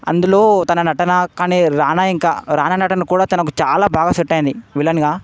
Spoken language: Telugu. అందులో తన నటన కానీ రానా ఇంకా రానా నటన కూడా తనకు చాలా బాగా సెట్ అయ్యింది విలన్గా